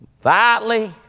violently